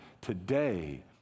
today